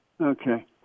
okay